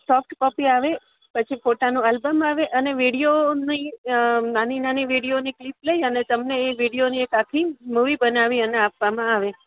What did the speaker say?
soft copy આવે પછી ફોટાનું આલબમ આવે અને વિડીઓની નાની નાની વિડીઓની ક્લિપ લઈ અને તમને એ વિડીઓની આખી મૂવી બનાવી અને આપવામાં આવે